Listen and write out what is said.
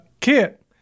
Kit